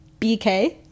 bk